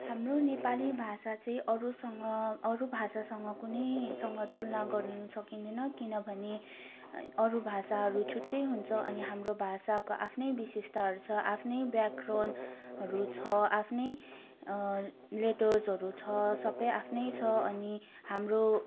हाम्रो नेपाली भाषा चाहिँ अरूसँग अरू भाषासँग कुनैसँग तुलाना गर्नु सकिँदैन किनभने अरू भाषाहरू छुट्टै हुन्छ अनि हाम्रो भाषाको आफ्नै विशेषताहरू छ आफ्नै व्याकरणहरू छ आफ्नै लेटर्सहरू छ सबै आफ्नै छ अनि हाम्रो